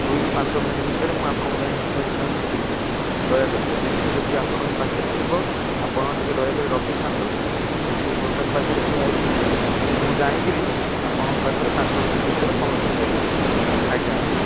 ଦୁଇରୁ ପାଞ୍ଚ ମିନିଟ୍ ଭିତରେ ମୁଁ ଆପଣଙ୍କୁ ଯାଇକି ସେ ସହିତ ଯାଇ ଭେଟୁଛି ଦୟାକରି ସେ ଜିନିଷ ଯଦି ଆପଣଙ୍କ ପାଖରେ ଥିବ ଆପଣ ଟିକେ ଦୟାକରି ରଖିଥାନ୍ତୁ ସେଇ ଦୋକାନ ପାଖରେ ଠିଆ ହେଇଥାନ୍ତୁ ମୁଁ ଯାଇ କରି ଆପଣଙ୍କ ପାଖରେ ପାଞ୍ଚ ମିନିଟ୍ ଭିତରେ ପହଞ୍ଚୁଛି ଆଜ୍ଞା ଆଜ୍ଞା